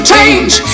change